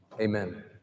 Amen